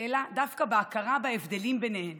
אלא דווקא בהכרה בהבדלים ביניהם,